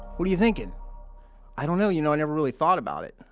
what are you thinking? i don't know. you know, i never really thought about it.